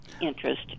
interest